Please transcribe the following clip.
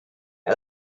the